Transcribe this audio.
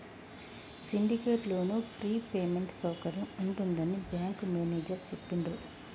syndicate loan free payment సౌకర్యం ఉంటుందని bank manager చెప్పిండ్రు